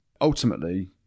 ultimately